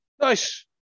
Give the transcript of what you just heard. nice